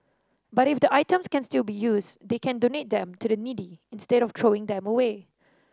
but if the items can still be used they can donate them to the needy instead of throwing them away